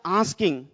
asking